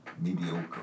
mediocre